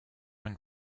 une